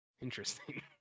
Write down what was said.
interesting